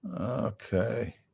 okay